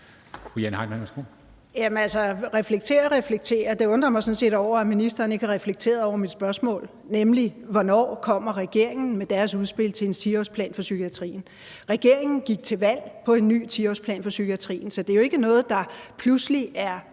reflekterer og reflekterer – jeg undrer mig sådan set over, at ministeren ikke har reflekteret over mit spørgsmål, nemlig: Hvornår kommer regeringen med deres udspil til en 10-årsplan for psykiatrien? Regeringen gik til valg på en ny 10-årsplan for psykiatrien, så det er jo ikke noget, der pludselig er